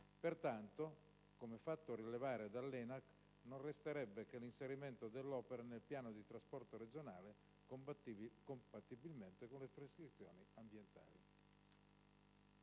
Pertanto, come fatto rilevare dall'ENAC, non resterebbe che l'inserimento dell'opera nel piano di trasporto regionale, compatibilmente con le prescrizioni ambientali.